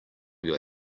your